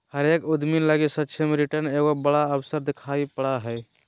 हरेक उद्यमी लगी सापेक्ष रिटर्न एगो बड़ा अवसर दिखाई पड़ा हइ